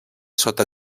sota